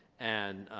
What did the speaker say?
and,